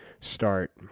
start